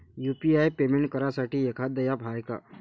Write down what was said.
UPI payment करासाठी एखांद app हाय का?